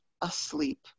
asleep